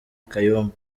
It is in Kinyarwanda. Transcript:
kayumba